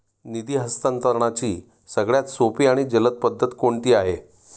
निधी हस्तांतरणाची सगळ्यात सोपी आणि जलद पद्धत कोणती आहे?